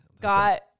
got